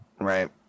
Right